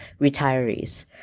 retirees